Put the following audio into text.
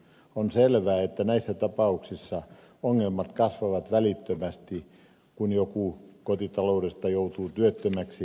on selvä että näissä tapauksissa ongelmat kasvavat välittömästi kun joku kotitaloudesta joutuu työttömäksi tai sairaaksi